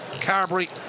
Carberry